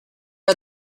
are